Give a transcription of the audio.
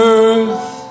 earth